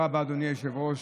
היושב-ראש.